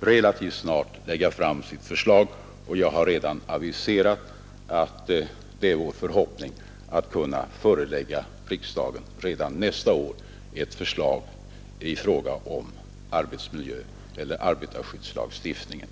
relativt snart lägga fram sitt förslag. Jag har aviserat att det är vår förhoppning att redan nästa år kunna förelägga riksdagen ett förslag i fråga om arbetarskyddslagstiftningen.